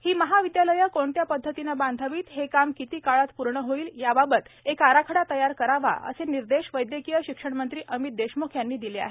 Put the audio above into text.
ही महाविद्यालयं कोणत्या पद्धतीने बांधावीत हे काम किती काळात पूर्ण होईल याबाबत एक आराखडा तयार करावा असे निर्देश वैदयकीय शिक्षण मंत्री अमित देशमुख यांनी दिले आहेत